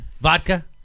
Vodka